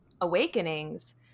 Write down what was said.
Awakenings